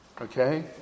Okay